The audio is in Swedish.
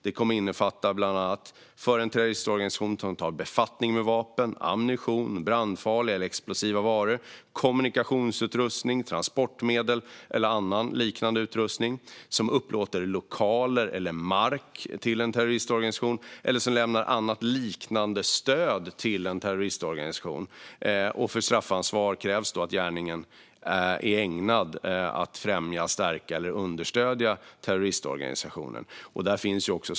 Det kommer bland annat att innefatta personer som tar befattning med vapen, ammunition, brandfarliga eller explosiva varor, kommunikationsutrustning, transportmedel eller annan liknande utrustning, personer som upplåter lokaler eller mark till en terroristorganisation och personer som lämnar annat liknande stöd till en terroristorganisation. För straffansvar krävs att gärningen är ägnad att främja, stärka eller understödja terroristorganisationen.